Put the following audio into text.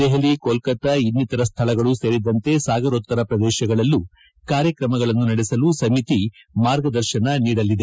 ದೆಹಲಿ ಕೋಲ್ಕತ್ತಾ ಇನ್ನಿತರ ಸ್ಥಳಗಳೂ ಸೇರಿದಂತೆ ಸಾಗರೋತ್ತರ ಪ್ರದೇಶಗಳಲ್ಲೂ ಕಾರ್ಯಕ್ರಮಗಳನ್ನು ನಡೆಸಲು ಸಮಿತಿ ಮಾರ್ಗದರ್ಶನ ನೀಡಲಿದೆ